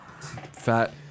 fat